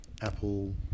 Apple